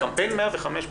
קמפיין 105,